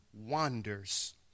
wanders